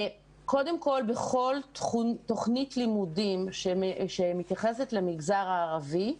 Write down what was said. בכל תחום תוכנית לימודים שמתייחסת למגזר הערבי,